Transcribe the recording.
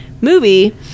movie